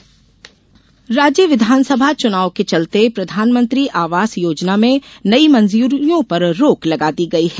मंजूरी रोक राज्य विधानसभा चुनाव के चलते प्रधानमंत्री आवास योजना में नई मंजूरियों पर रोक लगा दी गयी है